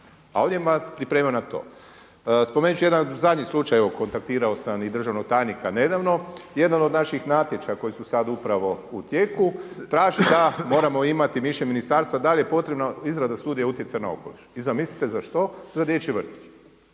na određeni … priprema na to. Spomenut ću jedan zadnji slučaj evo kontaktirao sam i državnog tajnika nedavno, jedan od naših natječaja koji su sada upravo u tijeku traži da moramo imati mišljenje ministarstva da li je potrebno izrada studije utjecaja na okoliš. I zamislite za što, za dječji vrtić.